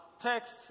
text